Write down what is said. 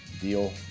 deal